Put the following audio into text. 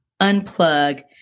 unplug